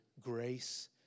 grace